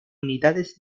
unidades